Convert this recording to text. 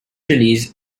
release